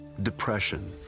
depression,